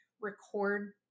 record